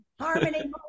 harmony